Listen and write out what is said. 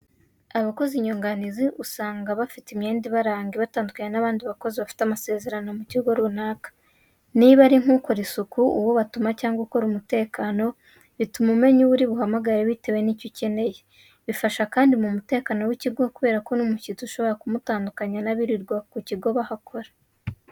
Abakozi nyunganizi usanga bafite imyenda ibaranga ibitandukanya n'abakozi bafite amasezerano mu kigo runaka. Niba ari nk'ukora isuku, uwo batuma cyangwa ukora umutekano, bituma umenya uwo uri buhamagare bitewe n'icyo ukeneye. Bifasha kandi mu mutekano w'ikigo kubera ko n'umushyitsi ushobora kumutandukanya n'abirirwa mu kigo bahakora.